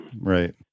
right